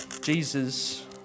Jesus